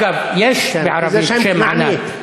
דרך אגב, יש בערבית השם ענת.